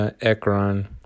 Ekron